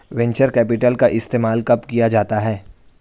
Venture capital का इस्तेमाल कब किया जाता है?